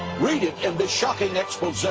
read it in this shocking expose,